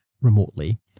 remotely